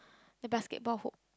the basketball hoop